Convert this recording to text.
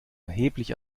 erheblich